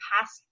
past